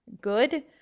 good